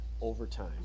overtime